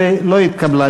11 לא התקבלה.